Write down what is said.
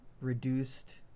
reduced